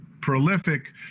prolific